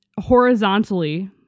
horizontally